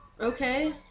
Okay